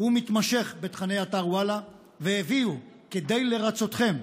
ומתמשך בתוכני אתר וואלה והביאו, כדי לרצותכם,